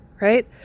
right